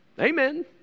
Amen